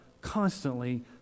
constantly